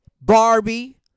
Barbie